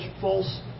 false